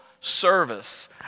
service